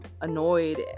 annoyed